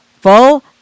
full